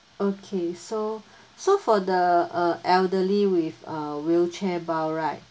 okay so so for the uh elderly with uh wheelchair bound right